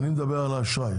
אני מדבר על האשראי.